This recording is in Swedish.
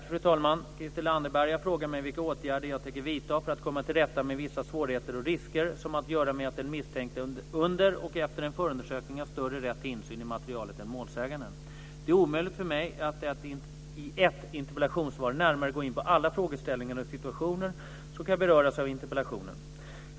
Fru talman! Christel Anderberg har frågat mig vilka åtgärder jag tänker vidta för att komma till rätta med vissa svårigheter och risker som har att göra med att den misstänkte under och efter en förundersökning har större rätt till insyn i materialet än målsäganden. Det är omöjligt för mig att i ett interpellationssvar närmare gå in på alla frågeställningar och situationer som kan beröras av interpellationen.